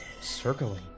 circling